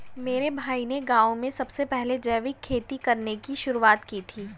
मेरे भाई ने गांव में सबसे पहले जैविक खेती करने की शुरुआत की थी